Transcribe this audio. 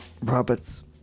Roberts